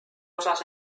osas